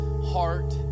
heart